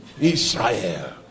Israel